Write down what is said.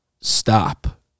stop